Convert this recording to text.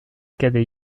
cadet